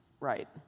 right